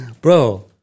Bro